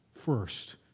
first